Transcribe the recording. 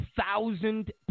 thousand